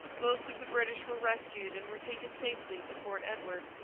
most of the british were rescued and were taken safely to fort edward.